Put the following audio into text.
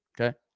Okay